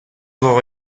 vaut